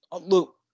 Look